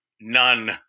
none